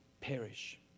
perish